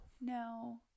No